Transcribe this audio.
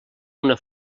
una